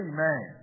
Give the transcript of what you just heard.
Amen